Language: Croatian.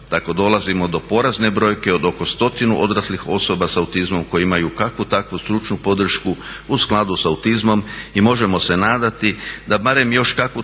tako dolazimo do porazne brojke od oko 100 odraslih osoba s autizmom koje imaju kakvu takvu stručnu podršku u skladu s autizmom i možemo se nadati da barem još kakvu